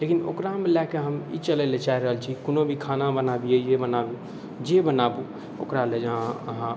लेकिन ओकरामे लऽ कऽ हम ई चलैलए चाहि रहल छी कोनो भी खाना बनाबी जे बनाबी जे बनाबू ओकरा लेल अहाँ